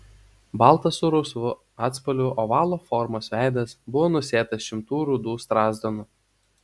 baltas su rausvu atspalviu ovalo formos veidas buvo nusėtas šimtų rudų strazdanų